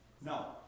No